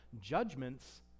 judgments